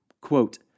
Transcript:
quote